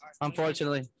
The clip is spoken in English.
Unfortunately